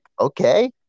okay